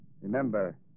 Remember